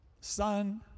son